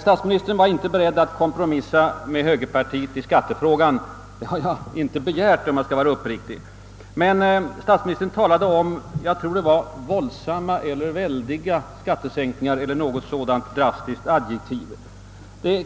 Statsministern var inte beredd att kompromissa med högerpartiet i skattefrågan, och det har jag inte heller hoppats på, om jag skall vara uppriktig. Men när statsministern talade om våldsamma eller väldiga skattesänkningar — eller vilket drastiskt adjektiv